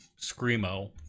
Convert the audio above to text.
screamo